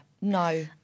no